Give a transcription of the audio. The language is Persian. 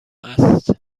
است